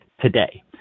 today